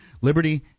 Liberty